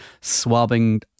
swabbing